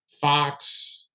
Fox –